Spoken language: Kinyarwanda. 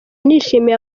nishimiye